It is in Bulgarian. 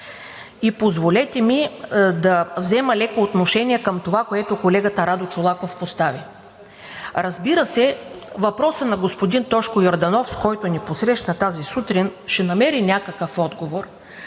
И позволете ми да взема леко отношение към това, което колегата Радо Чолаков постави. Разбира се, въпросът на господин Тошко Йорданов, с който ни посрещна тази сутрин, ще намери някакъв отговор